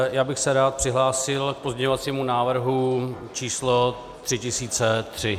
Já bych se rád přihlásil k pozměňovacímu návrhu číslo 3003.